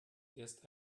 erst